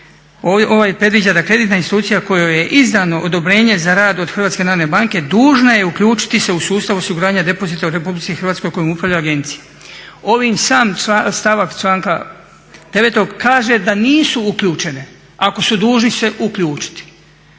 ovaj predviđa da kreditna institucija kojoj je izdano odobrenje za rad od Hrvatske narodne banke dužna je uključiti se u sustav osiguranja depozita u Republici Hrvatskoj kojom upravlja agencija. Ovim sam stavak članka 9. kaže da nisu uključene ako su dužni se uključiti.